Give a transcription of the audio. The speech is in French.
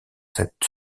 cette